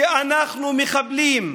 שאנחנו מחבלים.